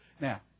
Now